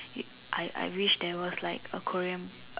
I I wish there was like a Korean